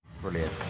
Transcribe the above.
Brilliant